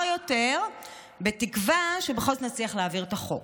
יותר בתקווה שבכל זאת נצליח להעביר את החוק.